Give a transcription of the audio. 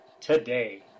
today